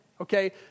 okay